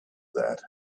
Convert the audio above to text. that